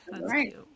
Right